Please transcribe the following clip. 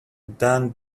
done